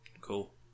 Cool